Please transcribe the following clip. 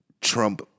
Trump